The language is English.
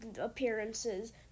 appearances